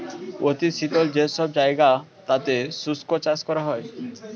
অতি শীতল যে সব জায়গা তাতে শুষ্ক চাষ করা হয়